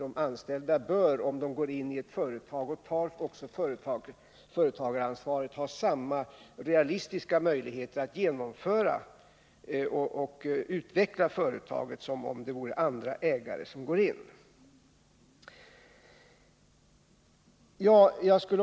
De anställda bör, om de tar över företagaransvaret, ha samma realistiska möjligheter att driva och utveckla företaget som andra ägare har om de går in.